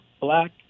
black